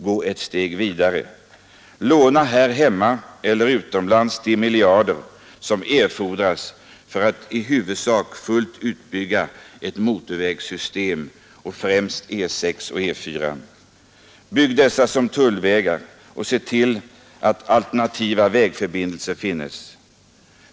Gå ett steg vidare! Låna här hemma eller utomlands de miljarder som erfordras för att i huvudsak fullt utbygga ett motorvägssystem, främst E 6 och E 4! Bygg dessa som tullvägar och se till att alternativa vägförbindelser finnes!